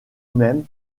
même